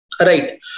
Right